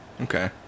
Okay